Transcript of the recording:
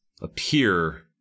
appear